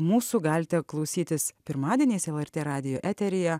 mūsų galite klausytis pirmadieniais lrt radijo eteryje